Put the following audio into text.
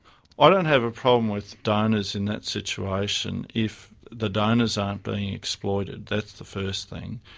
i don't have a problem with donors in that situation if the donors aren't being exploited, that's the first thing,